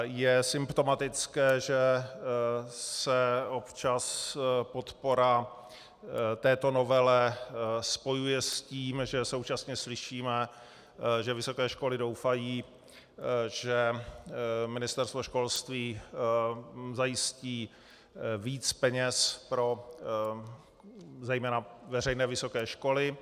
Je symptomatické, že se občas podpora této novele spojuje s tím, že současně slyšíme, že vysoké školy doufají, že Ministerstvo školství zajistí více peněz zejména pro veřejné vysoké školy.